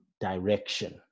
direction